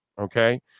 okay